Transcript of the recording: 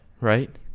right